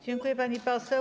Dziękuję, pani poseł.